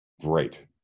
great